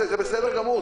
זה בסדר גמור.